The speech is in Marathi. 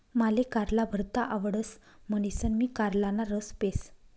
माले कारला भरता आवडतस म्हणीसन मी कारलाना रस पेस